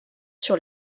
sur